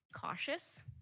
cautious